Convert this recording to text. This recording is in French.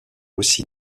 aussi